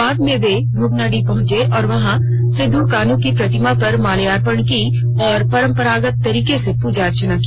बाद में वे भोगनाडीह पहुंचे और वहां सिदो कान्हू की प्रतिमा पर माल्यार्पण की और परंपरागत तरीके से पूजा अर्चना की